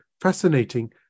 fascinating